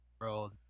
world